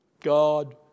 God